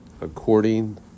according